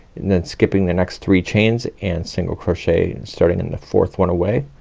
and then skipping the next three chains, and single crochet starting in the fourth one away.